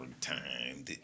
Time